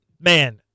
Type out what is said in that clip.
man